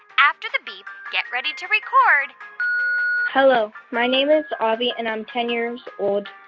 after the beep, get ready to record hello, my name is avi and i'm ten years old.